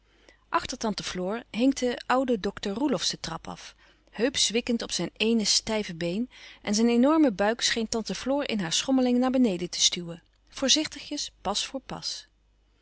tante floor hinkte oude dokter roelofsz de trap af heup zwikkend op zijn eene stijve been en zijn enorme buik scheen tante floor in hare schommeling naar beneden te stuwen voorzichtigjes pas voor pas